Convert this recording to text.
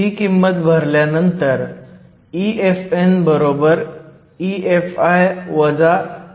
ही किंमत भरल्यानंतर EFn EFi 0